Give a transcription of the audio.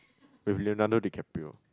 with Leonardo-DiCaprio